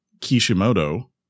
Kishimoto